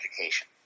education